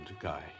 Guy